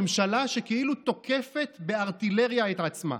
ממשלה שכאילו תוקפת בארטילריה את עצמה,